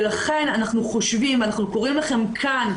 לכן אנחנו קוראים לכם כאן,